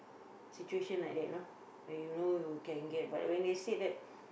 situation like that you know when you know you can get but they say that